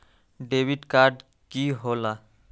Debit card की होला?